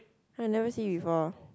I never see before